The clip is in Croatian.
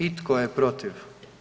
I tko je protiv?